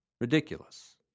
Ridiculous